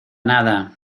nada